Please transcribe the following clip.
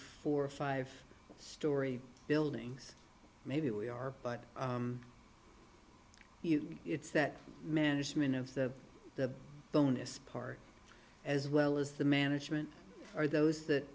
four five story buildings maybe we are but it's that management of the bonus part as well as the management are those that